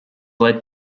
led